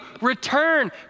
Return